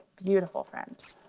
beautiful friends.